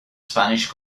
spanish